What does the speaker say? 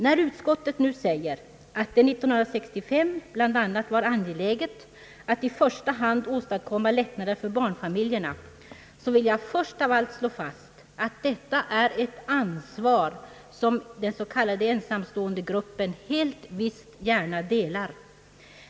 När utskottet nu säger att det 1965 bl.a. var angeläget att i första hand åstadkomma lättnader för barnfamiljerna, vill jag först av allt slå fast, att detta är ett ansvar som den s.k. ensamståendegruppen helt visst gärna delar.